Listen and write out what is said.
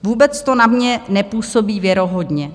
Vůbec to na mě nepůsobí věrohodně.